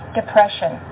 depression